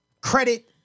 credit